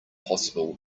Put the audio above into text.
possible